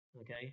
okay